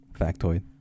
factoid